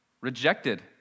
rejected